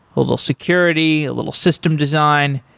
a little security, a little system design.